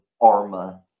arma